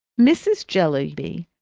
mrs. jellyby,